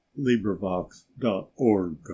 LIBRIVOX.ORG